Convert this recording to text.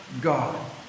God